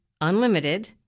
Unlimited